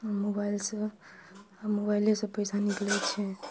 मोबाइलसँ मोबाइलेसँ पैसा निकलै छै